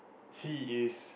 she is